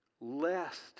lest